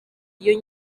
iyo